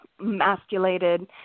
masculated